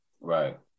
Right